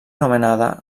nomenada